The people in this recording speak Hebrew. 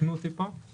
תיקנו אותי פה.